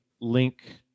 link